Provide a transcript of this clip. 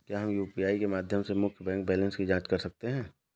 क्या हम यू.पी.आई के माध्यम से मुख्य बैंक बैलेंस की जाँच कर सकते हैं?